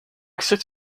six